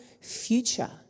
future